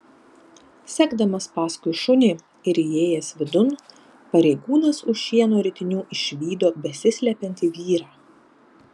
sekdamas paskui šunį ir įėjęs vidun pareigūnas už šieno ritinių išvydo besislepiantį vyrą